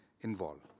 involved